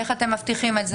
איך אתם מבטיחים את זה?